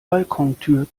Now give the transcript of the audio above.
balkontür